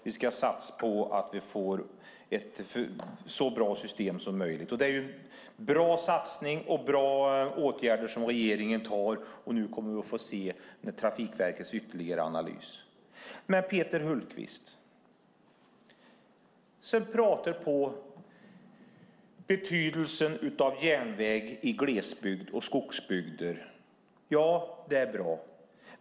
Vi ska satsa på att få ett så bra system som möjligt. Det är en bra satsning och bra åtgärder som regeringen vidtar. Det kommer vi att få se av Trafikverkets ytterligare analys. Peter Hultqvist pratar om betydelsen av järnväg i glesbygd och skogsbygder. Ja, det är bra.